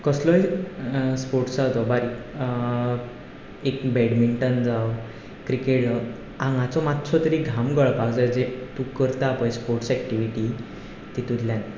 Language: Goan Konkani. कसलोय स्पोर्ट्स जावं तो एक बॅडमिंटन जावं क्रिकेट जावं आंगाचो मातसो तरी घाम गळोपाक जाय जें तूं करता पळय स्पोर्ट्स एक्टिविटी तितूंतल्यान